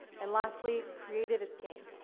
and lastly creative is king.